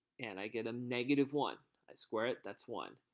and i get a negative one i square it, that's one.